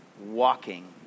walking